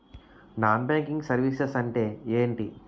Non banking services అంటే ఎంటి?